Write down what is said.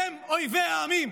הם אויבי העמים.